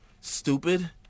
stupid